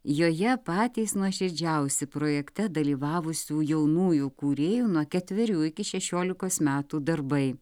joje patys nuoširdžiausi projekte dalyvavusių jaunųjų kūrėjų nuo ketverių iki šešiolikos metų darbai